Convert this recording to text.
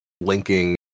linking